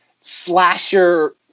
slasher